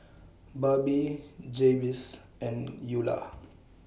Barbie Jabez and Eulah